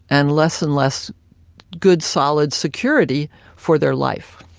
and less and less good, solid security for their life.